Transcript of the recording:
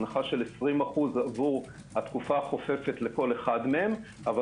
של 20% עבור התקופה החופפת לכל אחד מהם אבל